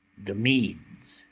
the meads,